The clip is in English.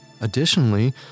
Additionally